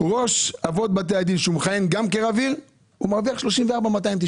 וראש אבות בתי הדין שמכהן גם כרב עיר מרוויח 34,291?